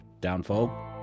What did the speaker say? Downfall